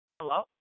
Hello